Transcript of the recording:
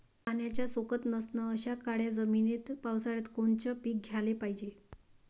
पाण्याचा सोकत नसन अशा काळ्या जमिनीत पावसाळ्यात कोनचं पीक घ्याले पायजे?